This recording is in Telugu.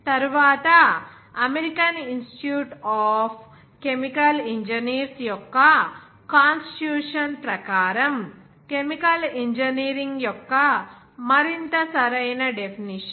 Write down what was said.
తరువాత American institute of chemical engineers యొక్క కాన్స్టిట్యూషన్ ప్రకారం కెమికల్ ఇంజనీరింగ్ యొక్క మరింత సరైన డెఫినిషన్